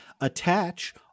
attach